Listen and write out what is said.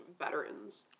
veterans